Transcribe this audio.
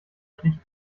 schlicht